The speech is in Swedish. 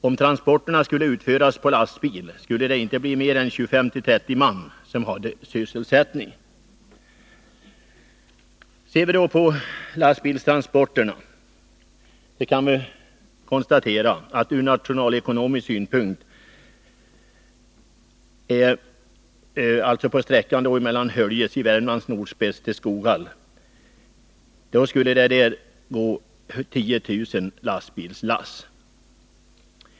Om transporterna skulle utföras med lastbil skulle det inte bli mer än 25-30 man som hade sysselsättning. Ser vi på lastbilstransporterna kan vi ur nationalekonomisk synpunkt konstatera att för sträckan från Höljes i Värmlands nordspets till Skoghall skulle det nu flottade virket kräva 10 000 lastbilslass.